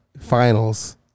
finals